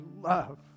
love